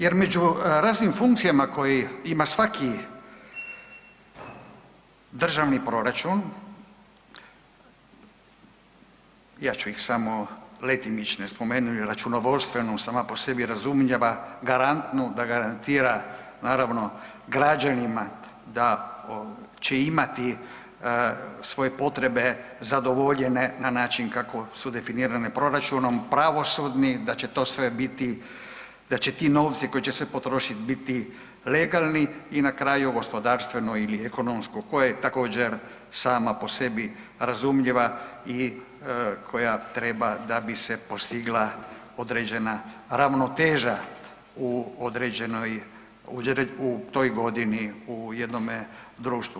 Jer među raznim funkcijama koje ima svaki državni proračun, ja ću ih samo letimično spomenuti, računovodstvenu, sama po sebi je razumljiva, garantnu, da garantira naravno građanima da će imati svoje potrebe zadovoljene na način kako su definirane proračunom, pravosudni, da će to sve biti, da će ti novci koji će se potrošit biti legalni i na kraju gospodarstveno ili ekonomsko koja je također sama po sebi razumljiva i koja treba da bi se postigla određena ravnoteža u određenoj, u toj godini u jednome društvu.